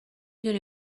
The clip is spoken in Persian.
دونی